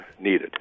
needed